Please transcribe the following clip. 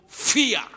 Fear